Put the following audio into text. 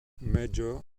major